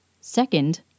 Second